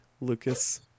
lucas